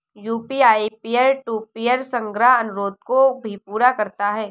UPI peer to peer संग्रह अनुरोध को भी पूरा करता है